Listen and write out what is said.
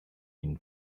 been